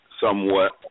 somewhat